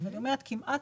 כלומר כמעט